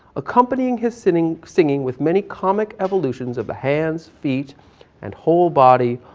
accompanying his singing singing with many comic evolutions of a hands, feet and whole body,